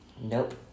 Nope